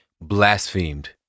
blasphemed